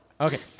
Okay